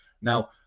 Now